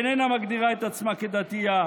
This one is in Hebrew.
היא איננה מגדירה את עצמה כדתייה,